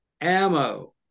ammo